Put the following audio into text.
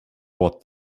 what